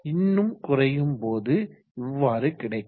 இன்னும் குறைக்கும் போது இவ்வாறு கிடைக்கும்